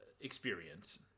experience